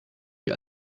die